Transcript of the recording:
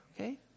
okay